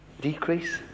decrease